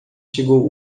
chegou